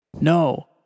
No